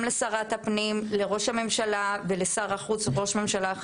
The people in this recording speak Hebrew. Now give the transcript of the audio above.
כיום יש למדינת ישראל אחריות גם מוסרית וגם משפטית לקבל את